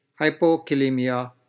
hypokalemia